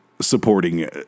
Supporting